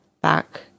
back